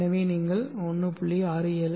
எனவே நீங்கள் 1